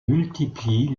multiplie